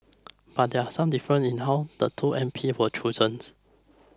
but there are some differences in how the two M P were chosen